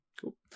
Cool